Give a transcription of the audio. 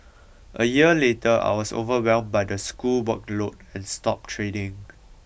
a year later I was overwhelmed by the school workload and stopped training